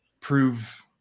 prove